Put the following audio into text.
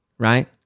Right